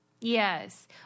Yes